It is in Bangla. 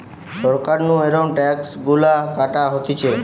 সরকার নু এরম ট্যাক্স গুলা কাটা হতিছে